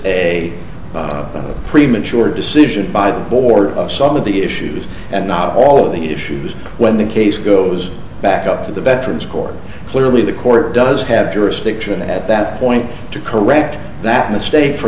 is a premature decision by the board some of the issues and not all the issues when the case goes back up to the veterans corps clearly the court does have jurisdiction at that point to correct that mistake for